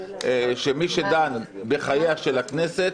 שמי שדן בחייה של הכנסת